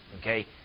okay